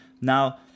Now